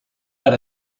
per